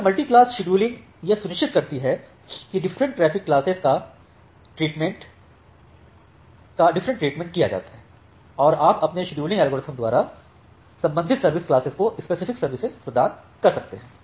यह multi class scheduling यह सुनिश्चित करती है कि डिफरेंट ट्रैफ़िक क्लासेस का डिफरेंटट्रीटमेंट किया जाता है और आप अपने शेड्यूलिंग एल्गोरिदम द्वारा संबंधित सर्विस क्लासेस को स्पेसिफिक सर्विसएं प्रदान करते हैं